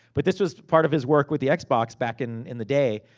but, this was part of his work with the xbox, back in in the day,